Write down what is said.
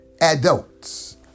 adults